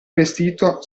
vestito